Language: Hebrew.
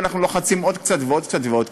ואנחנו לוחצים עוד קצת ועוד קצת ועוד קצת.